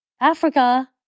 Africa